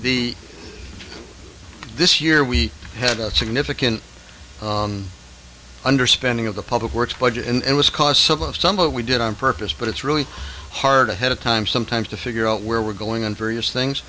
the this year we had a significant underspending of the public works budget and it was cos of last summer we did on purpose but it's really hard ahead of time sometimes to figure out where we're going in various things